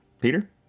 Peter